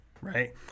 right